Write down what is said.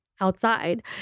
outside